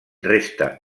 resta